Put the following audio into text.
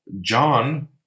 john